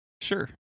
Sure